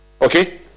okay